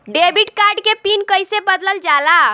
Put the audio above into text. Debit card के pin कईसे बदलल जाला?